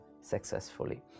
successfully